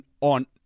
on